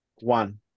One